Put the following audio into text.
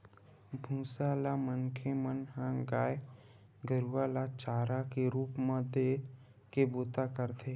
भूसा ल मनखे मन ह गाय गरुवा ल चारा के रुप म देय के बूता करथे